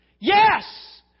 Yes